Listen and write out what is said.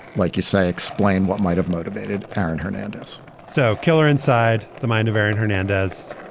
like you say, explain what might have motivated aaron hernandez so killer inside the mind of aaron hernandez.